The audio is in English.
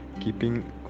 keeping